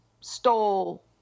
stole